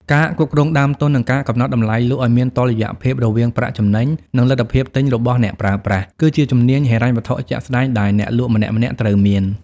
ការគ្រប់គ្រងដើមទុន និងការកំណត់តម្លៃលក់ឱ្យមានតុល្យភាពរវាងប្រាក់ចំណេញ និងលទ្ធភាពទិញរបស់អ្នកប្រើប្រាស់ គឺជាជំនាញហិរញ្ញវត្ថុជាក់ស្ដែងដែលអ្នកលក់ម្នាក់ៗត្រូវមាន។